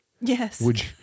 Yes